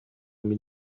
мин